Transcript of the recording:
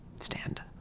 stand